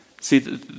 See